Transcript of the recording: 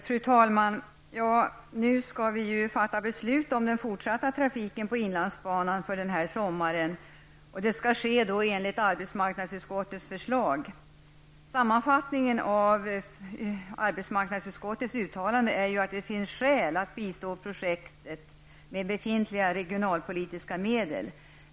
Fru talman! Nu skall vi fatta beslut om den fortsatta trafiken på inlandsbanan för denna sommar. Det skall ske enligt arbetsmarknadsutskottets förslag. Sammanfattningen av arbetsmarknadsutskottets uttalande är att det finns skäl att bistå projektet med befintliga regionalpolitiska medel.